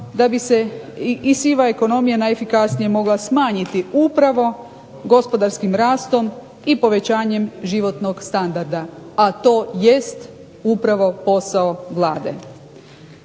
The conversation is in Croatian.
da bi se i siva ekonomija najefikasnije mogla smanjiti upravo gospodarskim rastom i povećanjem životnog standarda, a to jest upravo posao Vlade.